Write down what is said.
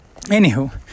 Anywho